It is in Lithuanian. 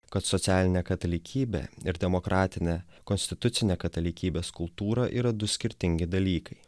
kad socialinė katalikybė ir demokratinė konstitucinė katalikybės kultūra yra du skirtingi dalykai